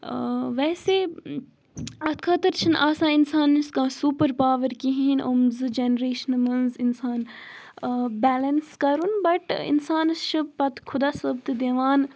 ویسے اَتھ خٲطر چھِنہٕ آسان اِنسانَس کانٛہہ سوٗپَر پاوَر کِہیٖنۍ یِم زٕ جَنریشنہٕ منٛز اِنسان بیلَنٕس کَرُن بَٹ اِنسانَس چھُ پَتہٕ خۄدا صٲب تہِ دِوان